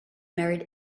married